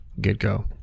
get-go